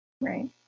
Right